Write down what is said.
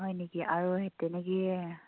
হয় নেকি আৰু সেই তেনেকৈয়ে